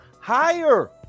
higher